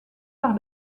par